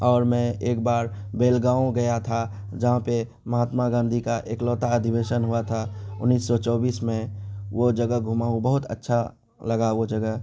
اور میں ایک بار بیلگاؤں گیا تھا جہاں پہ مہاتما گاندھی کا اکلوتا ادھیوشن ہوا تھا انیس سو چوبیس میں وہ جگہ گھوما ہوں بہت اچھا لگا وہ جگہ